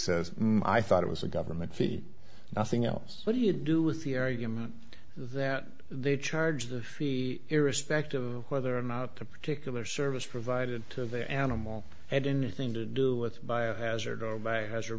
says i thought it was a government fee nothing else what do you do with the area that they charge the fee irrespective of whether or not the particular service provided to the animal had anything to do with biohazard or by hazard